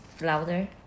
louder